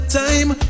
time